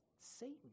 Satan